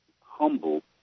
humble